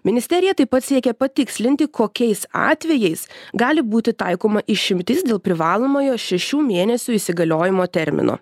ministerija taip pat siekia patikslinti kokiais atvejais gali būti taikoma išimtis dėl privalomojo šešių mėnesių įsigaliojimo termino